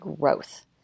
growth